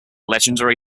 legendary